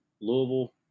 Louisville